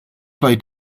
play